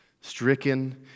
stricken